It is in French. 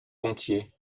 gontier